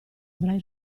avrai